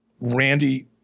Randy